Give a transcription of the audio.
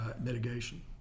mitigation